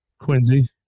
Quincy